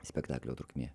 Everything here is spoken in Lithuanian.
spektaklio trukmė